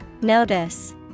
Notice